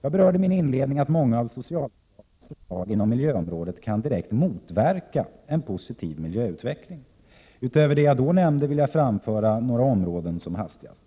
Jag berörde i min inledning att många av socialdemokraternas förslag inom miljöområdet kan direkt motverka en positiv miljöutveckling. Utöver det jag då nämnde vill jag beröra några områden som hastigast.